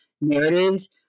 narratives